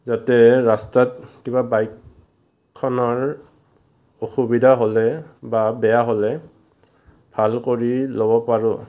যাতে ৰাস্তাত কিবা বাইকখনৰ অসুবিধা হ'লে বা বেয়া হ'লে ভাল কৰি ল'ব পাৰোঁ